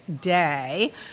day